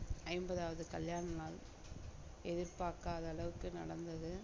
ஐம்பதாவது கல்யாண நாள் எதிர்பார்க்காத அளவுக்கு நடந்தது